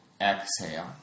exhale